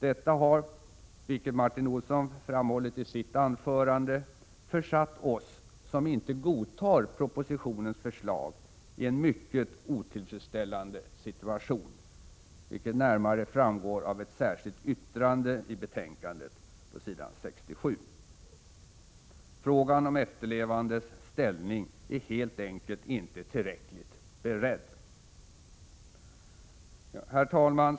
Detta har — vilket Martin Olsson framhållit i sitt anförande — försatt oss som inte godtar propositionens förslag i en mycket otillfredsställande situation, vilket närmare framgår av ett särskilt yttrande i betänkandet på s. 67. Frågan om efterlevandes ställning är helt enkelt inte tillräckligt beredd. Herr talman!